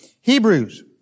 Hebrews